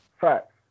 Facts